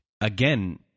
again